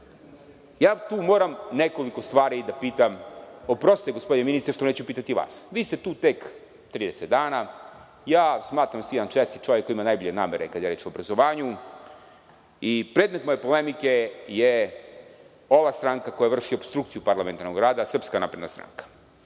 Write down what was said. objasni. Moram nekoliko stvari da pitam, oprostite gospodine ministre, što neću pitati vas, vi ste tu tek 30 dana, a ja smatram da ste jedan čestit čovek koji ima najbolje namere kada je reč o obrazovanju i predmet moje polemike je ova stranka koja vrši opstrukciju parlamentarnog rada, SNS. Prvo da vas